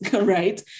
right